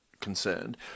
concerned